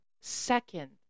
second